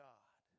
God